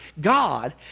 God